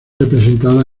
representadas